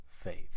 faith